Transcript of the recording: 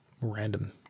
random